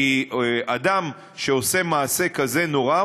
כי אדם שעושה מעשה כזה נורא,